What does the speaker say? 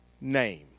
name